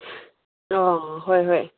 ꯍꯣꯏ ꯍꯣꯏ